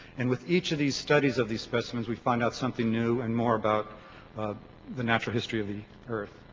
and with each of these studies of these specimens we find out something new and more about the natural history of the earth.